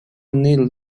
neil